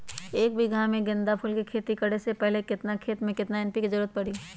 एक बीघा में गेंदा फूल के खेती करे से पहले केतना खेत में केतना एन.पी.के के जरूरत परी?